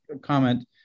comment